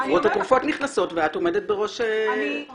חברות התרופות נכנסות ואת עומדת בראש --- סליחה,